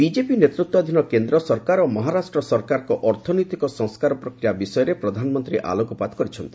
BJP ନେତୃତ୍ୱାଧୀନ କେନ୍ଦ୍ର ସରକାର ଓ ମହାରାଷ୍ଟ୍ର ସରକାରଙ୍କର ଅର୍ଥନୈତିକ ସଂସ୍କାର ପ୍ରକ୍ରିୟା ବିଷୟରେ ପ୍ରଧାନମନ୍ତ୍ରୀ ଆଲୋକପାତ କରିଛନ୍ତି